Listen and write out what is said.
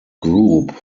group